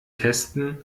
testen